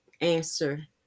answer